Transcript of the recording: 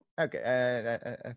Okay